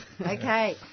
Okay